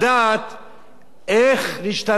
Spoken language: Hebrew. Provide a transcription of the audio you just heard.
איך להשתמש בשפע הזה,